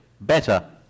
better